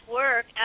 work